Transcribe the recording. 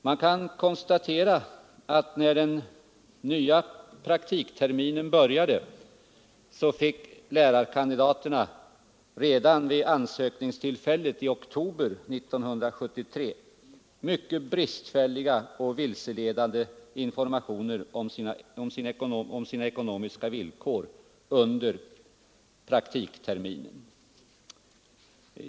Man kan konstatera att när den nya praktikterminen började fick lärarkandidaterna redan vid ansökningstillfället, i oktober 1973, mycket bristfälliga och vilseledande informationer om sina ekonomiska villkor under praktikterminen.